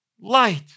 light